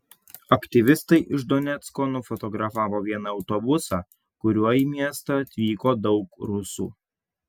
aktyvistai iš donecko nufotografavo vieną autobusą kuriuo į miestą atvyko daug rusų